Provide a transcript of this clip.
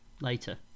later